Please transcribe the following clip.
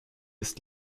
ist